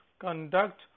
conduct